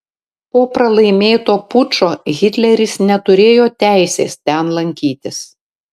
po pralaimėto pučo hitleris neturėjo teisės ten lankytis